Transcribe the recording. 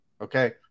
Okay